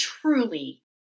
truly